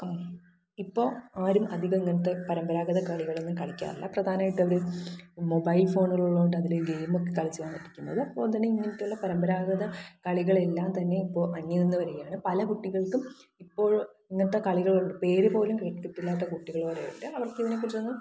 ഇപ്പം ഇപ്പോൾ ആരും അധികം അങ്ങനത്തെ പരമ്പരാഗത കളികളൊന്നും കളിക്കാറില്ല പ്രധാനമായിട്ടും അവർ മൊബൈൽ ഫോൺ ഉള്ളതുകൊണ്ട് അതിൽ ഗെയിം ഒക്കെ കളിച്ചാണിരിക്കുന്നത് പൊതുവേ ഇങ്ങനെയൊക്കെയുള്ള പരമ്പരാഗത കളികളെല്ലാം തന്നെ ഇപ്പോൾ അന്യം നിന്ന് വരികയാണ് പല കുട്ടികൾക്കും ഇപ്പോൾ ഇങ്ങനത്തെ കളികളുണ്ട് പേര് പോലും കേട്ടില്ലാത്ത കുട്ടികൾ വരെ ഉണ്ട് അവർക്ക് ഇതിനെ കുറിച്ചൊന്നും